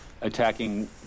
attacking